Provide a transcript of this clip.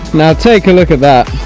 now take a look at that!